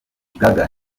gaga